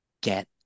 get